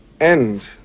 end